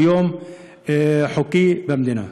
כיום חוקי במדינה.